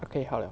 okay 好了